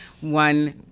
one